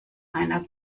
einer